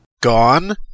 Gone